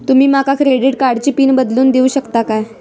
तुमी माका क्रेडिट कार्डची पिन बदलून देऊक शकता काय?